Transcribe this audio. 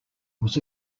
was